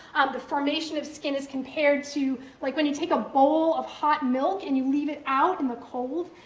the formation of skin is compared to like when you take a bowl of hot milk, and you leave it out in the cold,